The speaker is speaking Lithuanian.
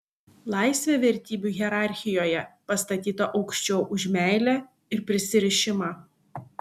laisvė vertybių hierarchijoje pastatyta aukščiau už meilę ir prisirišimą